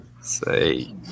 say